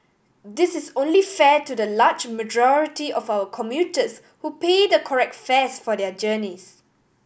this is only fair to the large majority of our commuters who pay the correct fares for their journeys